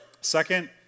Second